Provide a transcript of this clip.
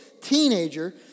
teenager